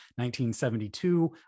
1972